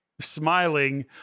smiling